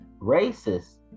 racist